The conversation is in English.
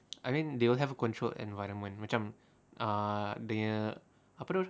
I mean they will have a controlled environment macam uh dia nya apa tu